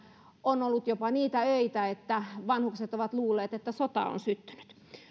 on ollut jopa niitä öitä että vanhukset ovat luulleet että sota on syntynyt